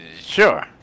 Sure